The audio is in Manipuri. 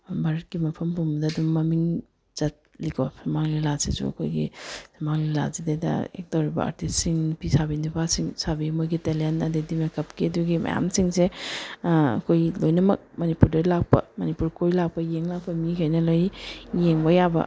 ꯚꯥꯔꯠꯀꯤ ꯃꯐꯝ ꯄꯨꯝꯕꯗ ꯑꯗꯨꯝ ꯃꯃꯤꯡ ꯆꯠꯂꯤꯀꯣ ꯁꯨꯃꯥꯡ ꯂꯤꯂꯥꯁꯤꯁꯨ ꯑꯩꯈꯣꯏꯒꯤ ꯁꯨꯃꯥꯡ ꯂꯤꯂꯥꯁꯤꯗꯩꯗ ꯑꯦꯛ ꯇꯧꯔꯤꯕ ꯑꯥꯔꯇꯤꯁꯁꯤꯡ ꯅꯨꯄꯤ ꯁꯥꯕꯤ ꯅꯨꯄꯥꯁꯤꯡ ꯁꯥꯕꯤ ꯃꯣꯏꯒꯤ ꯇꯦꯂꯦꯟ ꯑꯗꯩꯗꯤ ꯃꯦꯀꯞꯀꯤ ꯑꯗꯨꯒꯤ ꯃꯌꯥꯝꯁꯤꯡꯁꯦ ꯑꯩꯈꯣꯏꯒꯤ ꯂꯣꯏꯅꯃꯛ ꯃꯅꯤꯄꯨꯔꯗ ꯂꯥꯛꯄ ꯃꯅꯤꯄꯨꯔ ꯀꯣꯏ ꯂꯥꯛꯄ ꯌꯦꯡ ꯂꯥꯛꯄ ꯃꯤꯈꯩꯅ ꯂꯣꯏ ꯌꯦꯡꯕ ꯌꯥꯕ